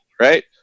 right